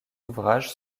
ouvrages